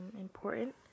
important